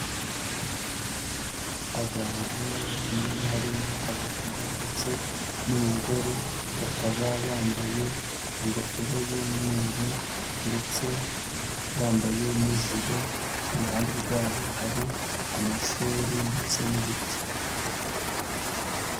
Abantu banyuranye harimo abagabo ndetse n'umugore bakaba bambaye ingofero y'umweru ndetse yambaye n'ijire iruhande rwabo hari amashuri ndetse n'ibiti.